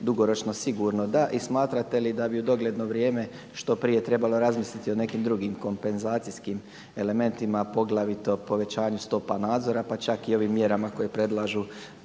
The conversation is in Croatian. dugoročno sigurno da. I smatrate li da bi u dogledno vrijeme što prije trebalo razmisliti o nekim drugim kompenzacijskim elementima poglavito povećanju stopa nadzora pa čak i ovim mjerama koje